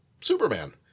Superman